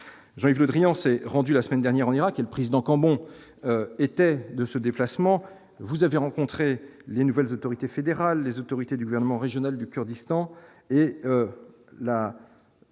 Jean-Yves Le Drian s'est rendu la semaine dernière en Irak et le président comme on était, de ce déplacement, vous avez rencontré les nouvelles autorités fédérales, les autorités du gouvernement régional du Kurdistan et la